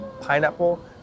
pineapple